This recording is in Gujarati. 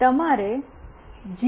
તમારે જી